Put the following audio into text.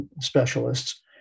specialists